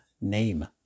name